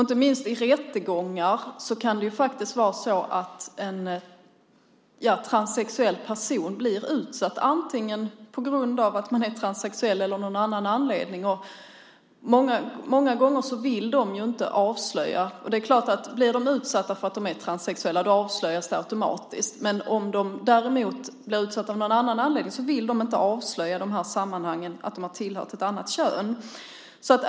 Inte minst i rättegångar kan transsexuella bli utsatta, på grund av antingen sin transsexualitet eller av någon annan anledning. Många gånger vill de inte avslöja att de är transsexuella. Blir de utsatta för att de är transsexuella avslöjas det automatiskt, men om de däremot blir utsatta av någon annan anledning vill de i de här sammanhangen inte avslöja att de har tillhört ett annat kön.